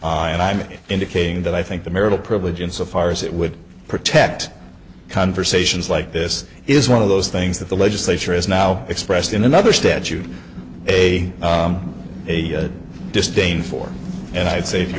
and i'm indicating that i think the marital privilege insofar as it would protect conversations like this is one of those things that the legislature is now expressed in another statute a disdain for and i would say if you